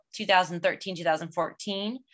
2013-2014